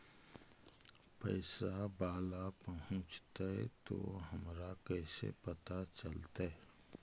पैसा बाला पहूंचतै तौ हमरा कैसे पता चलतै?